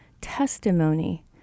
testimony